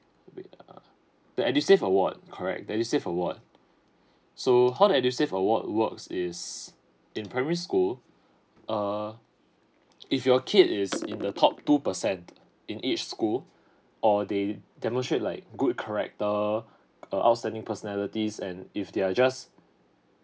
wait ah the edu save award correct the edu save award so how the edu save award works is in primary school err if your kid is in the top two percent in each school or they demonstrate like good character uh outstanding personalities and if they are just